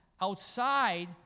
outside